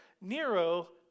Nero